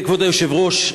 כבוד היושב-ראש,